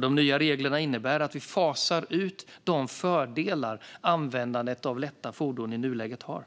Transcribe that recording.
De nya reglerna innebär att vi fasar ut de fördelar användandet av lätta fordon i nuläget har.